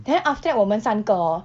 then after that 我们三个 hor